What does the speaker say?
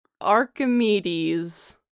archimedes